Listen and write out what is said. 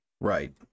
Right